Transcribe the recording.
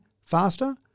faster